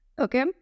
okay